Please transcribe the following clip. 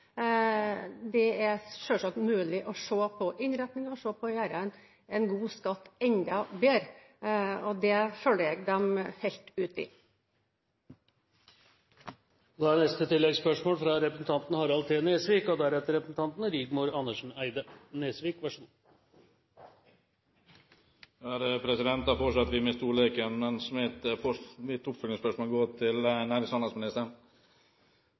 det selvsagt er mulig å se på innretninger og å se på om man kan gjøre en god skatt enda bedre. Det følger jeg dem helt i. Harald T. Nesvik – til oppfølgingsspørsmål. Da fortsetter vi med stolleken, mens mitt oppfølgingsspørsmål går til nærings- og handelsministeren.